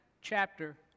chapter